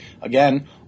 again